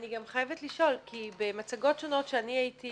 אני גם חייבת לשאול, כי במצגות שונות שאני הייתי